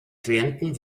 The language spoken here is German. klienten